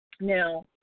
Now